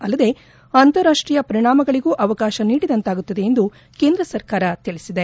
ಅಲ್ಲದೆ ಅಂತಾರಾಷ್ಷೀಯ ಪರಿಣಾಮಗಳಿಗೂ ಅವಕಾಶ ನೀಡಿದಂತಾಗುತ್ತದೆ ಎಂದು ಕೇಂದ್ರ ಸರ್ಕಾರ ತಿಳಿಸಿದೆ